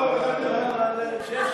אה, לוי.